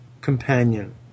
companion